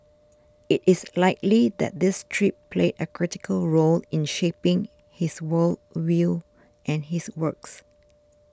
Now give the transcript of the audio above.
it is likely that this trip played a critical role in shaping his world view and his works